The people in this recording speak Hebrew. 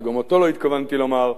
שגם אותו לא התכוונתי לומר,